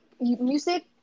Music